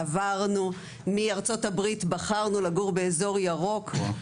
עברנו מארצות הברית, בחרנו לגור באזור ירוק.